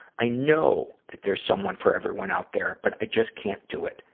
i know that there's someone for everyone out there, but i just can't do it.